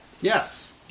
Yes